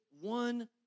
one